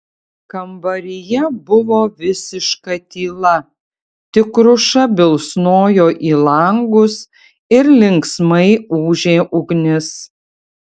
kambaryje buvo visiška tyla tik kruša bilsnojo į langus ir linksmai ūžė ugnis